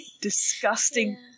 disgusting